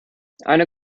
eine